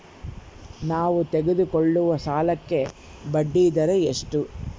ನಾವು ತೆಗೆದುಕೊಳ್ಳುವ ಸಾಲಕ್ಕೆ ಬಡ್ಡಿದರ ಎಷ್ಟು?